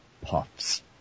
puffs